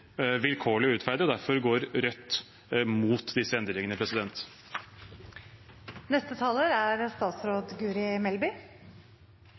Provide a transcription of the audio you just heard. vilkårlig og urettferdig. Derfor går Rødt mot disse endringene.